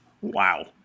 Wow